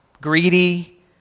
greedy